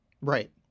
Right